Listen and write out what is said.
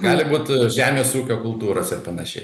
gali būt žemės ūkio kultūros ir panašiai